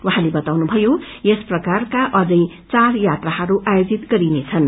उहाँले बताउनुभयो यस प्रकारका चार यात्रा आयोजित गरिनेछन्